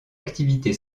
activité